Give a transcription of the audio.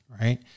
right